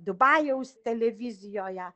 dubajaus televizijoje